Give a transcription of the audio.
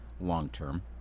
long-term